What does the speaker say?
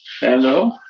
Hello